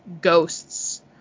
ghosts